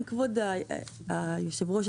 כבוד היושב-ראש,